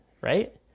Right